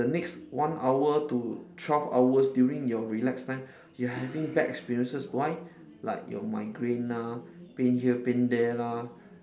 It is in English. the next one hour to twelve hours during your relax time you having bad experiences why like your migraine ah pain here pain there lah